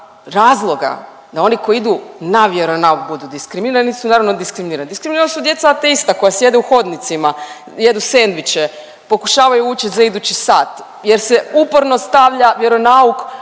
razloga da oni koji idu na vjeronauk budu diskriminirani, nisu naravno diskriminirani, diskriminirana su naravno djeca ateista koja sjede u hodnicima, jedu sendviče, pokušavaju učit za idući sat jer se uporno stavlja vjeronauk